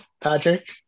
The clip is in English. Patrick